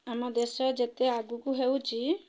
ଆମ ଦେଶ ଯେତେ ଆଗକୁ ହେଉଛି